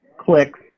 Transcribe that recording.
clicks